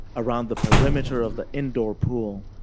around the perimeter of the indoor pool,